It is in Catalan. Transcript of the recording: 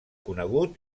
conegut